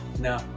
No